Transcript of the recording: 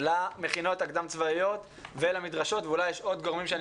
למכינות הקדם-צבאיות ולמדרשות ואולי יש עוד גורמים שאני